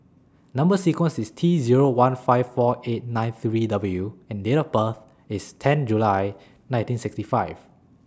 Number sequence IS T Zero one five four eight nine three W and Date of birth IS ten July nineteen sixty five